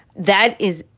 that is.